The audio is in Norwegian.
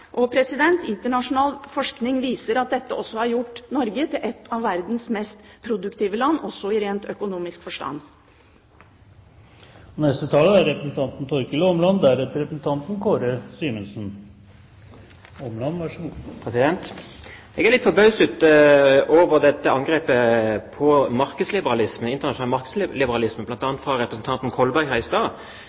Internasjonal forskning viser at dette også har gjort Norge til et av verdens mest produktive land også i rent økonomisk forstand. Jeg er litt forbauset over dette angrepet på internasjonal markedsliberalisme, bl.a. fra representanten Kolberg her i stad. Det er vel ingen som tjener såpass godt på internasjonal markedsliberalisme